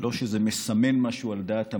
לא שזה מסמן משהו לדעת המומחים,